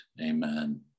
Amen